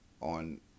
on